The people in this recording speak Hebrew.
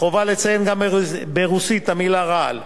חובה לציין גם ברוסית את המלה "רעל"